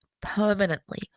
permanently